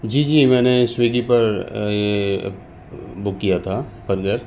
جی جی میں نے سویگی پر بک کیا تھا برگر